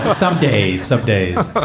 but some days, some days but